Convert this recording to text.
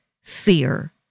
fear